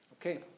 Okay